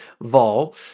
vol